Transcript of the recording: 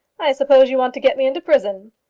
i suppose you want to get me into prison?